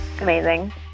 amazing